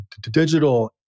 digital